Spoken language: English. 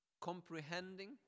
comprehending